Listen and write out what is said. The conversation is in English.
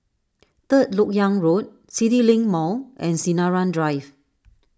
Third Lok Yang Road CityLink Mall and Sinaran Drive